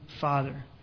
father